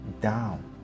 down